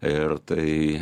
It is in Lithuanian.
ir tai